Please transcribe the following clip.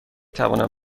توانم